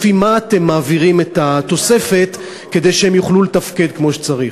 לפי מה אתם מעבירים את התוספת כדי שהם יוכלו לתפקד כמו שצריך.